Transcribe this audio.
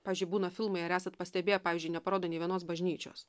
pavyzdžiui būna filmai ar esat pastebėję pavyzdžiui neparodo nė vienos bažnyčios